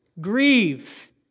Grieve